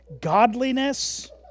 godliness